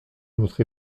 notre